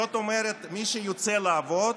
זאת אומרת מי שיוצא לעבוד,